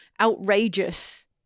outrageous